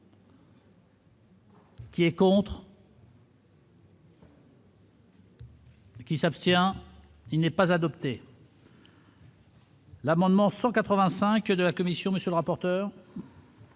qu'on rentre. Qui s'abstient, il n'est pas adoptée. L'amendement 185 de la Commission, monsieur le rapporteur.